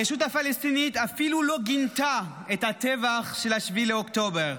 הרשות הפלסטינית אפילו לא גינתה את הטבח של 7 באוקטובר,